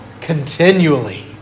continually